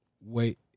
wait